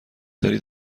دارید